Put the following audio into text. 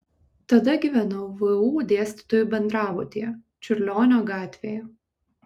tada gyvenau vu dėstytojų bendrabutyje čiurlionio gatvėje